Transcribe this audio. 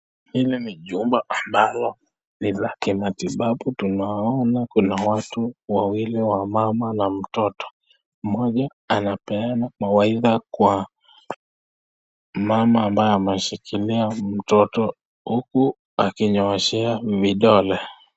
Hili ni jumba mbalo ni la kimatibabu, tunaona kuna watu wawili wamama na mtoto. Mmoja anapeana mawaidha kwa mama ambae ameshikilia mtoto huku akinyooshea vidole.